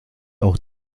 auch